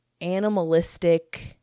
animalistic